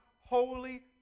holy